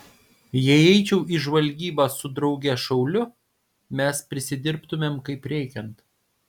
jei eičiau į žvalgybą su drauge šauliu mes prisidirbtumėm kaip reikiant